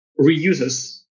reuses